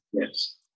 Yes